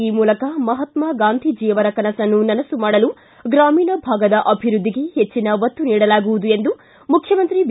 ಈ ಮೂಲಕ ಮಹಾತ್ಸ ಗಾಂಧೀಜಿ ಅವರ ಕನಸನ್ನು ನನಸು ಮಾಡಲು ಗ್ರಾಮೀಣ ಭಾಗದ ಅಭಿವೃದ್ಧಿಗೆ ಹೆಚ್ಚನ ಒತ್ತು ನೀಡಲಾಗುವುದು ಎಂದು ಮುಖ್ಯಮಂತ್ರಿ ಬಿ